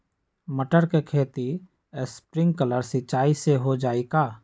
मटर के खेती स्प्रिंकलर सिंचाई से हो जाई का?